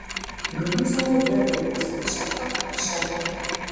gal jūs jau auginate būsimą šefą ar šefę